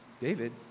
David